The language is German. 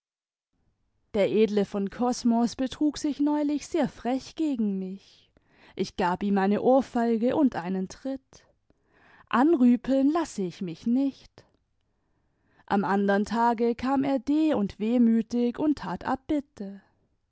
der edle von kosmos betrug sich neulich sehr frech gegen mich ich gab ihm eine ohrfeige imd einen tritt anrüpeln lasse ich mich nicht am andern tage kam er de und wehmütig und tat abbitte